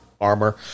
Armor